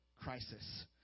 crisis